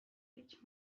which